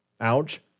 Ouch